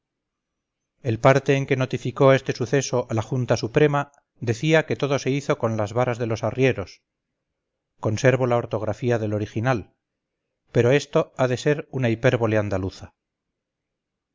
el parte en que se notificó este suceso a la junta suprema decía que todo se hizo con las varas de los harrieros conservola ortografía del original pero esto ha de ser una hipérbole andaluza